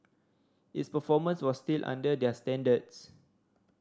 its performance was still under their standards